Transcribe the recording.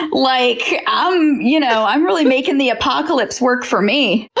like um you know i'm really making the apocalypse work for me!